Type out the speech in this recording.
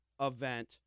event